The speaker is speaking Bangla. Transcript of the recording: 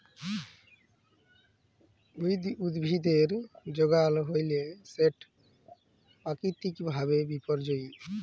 উইড উদ্ভিদের যগাল হ্যইলে সেট পাকিতিক ভাবে বিপর্যয়ী